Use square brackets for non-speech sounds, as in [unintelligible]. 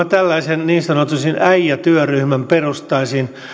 [unintelligible] tällaisen niin sanotusti äijätyöryhmän perustaisin